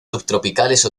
subtropicales